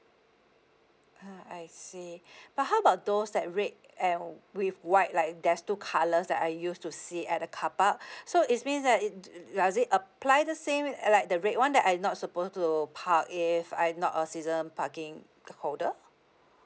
ah I see but how about those that red and with white like there's two colours that I used to see at the carpark so it's mean that it does it apply the same like the red [one] that I not supposed to park if I not a season parking holder